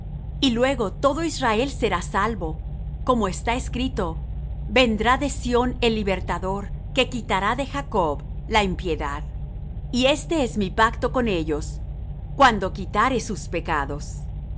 y luego todo israel será salvo como está escrito vendrá de sión el libertador que quitará de jacob la impiedad y este es mi pacto con ellos cuando quitare su pecados